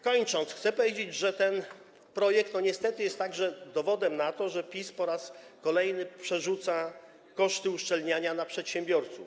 Kończąc, chcę powiedzieć, że ten projekt niestety jest także dowodem na to, że PiS po raz kolejny przerzuca koszty uszczelniania na przedsiębiorców.